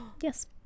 Yes